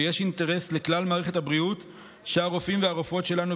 ויש אינטרס לכלל מערכת הבריאות שהרופאים והרופאות שלנו,